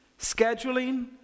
scheduling